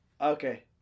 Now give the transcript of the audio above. Okay